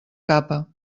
capa